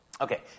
Okay